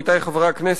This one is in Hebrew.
עמיתי חברי הכנסת,